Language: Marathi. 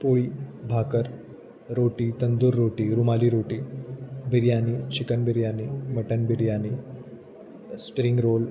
पोळी भाकर रोटी तंदूर रोटी रुमली रोटी biryani chicken biryani mutton biryani spring role